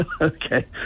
Okay